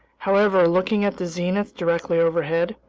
however, looking at the zenith directly overhead,